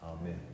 Amen